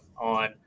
on